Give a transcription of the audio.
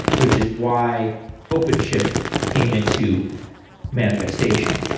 which is why openshift came into manifestation.